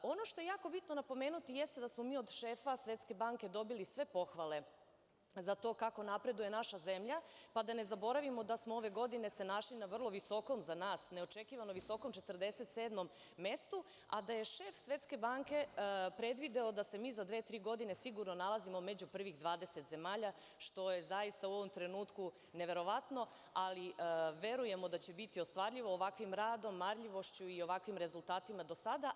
Ono što je jako bitno napomenuti, jeste da smo mi od šefa Svetske banke dobili sve pohvale za to kako napreduje naša zemlja, pa da ne zaboravimo da smo se ove godine našli na vrlo visokom, za nas neočekivanom, 47 mestu, a da je šef Svetske banke predvideo da se mi za dve, tri godine sigurno nalazimo među prvih 20 zemalja, što je zaista u ovom trenutku neverovatno, ali verujemo da će biti ostvarljivo ovakvim radom, marljivošću i ovakvim rezultatima do sada.